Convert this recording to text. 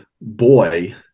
boy